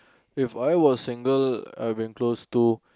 if I was single I will be close to